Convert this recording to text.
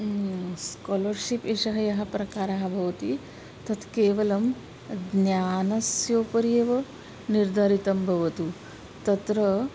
scholarship एषः यः प्रकारः भवति तत् केवलं ज्ञानस्य उपरि एव निर्धारितं भवतु तत्र